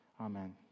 Amen